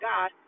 God